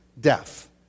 death